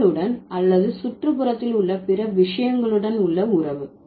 மக்களுடன் அல்லது சுற்றுப்புறத்தில் உள்ள பிற விஷயங்களுடன் உள்ள உறவு